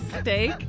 steak